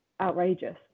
outrageous